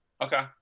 Okay